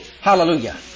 Hallelujah